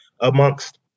amongst